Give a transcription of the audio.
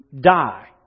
die